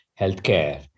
healthcare